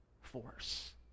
force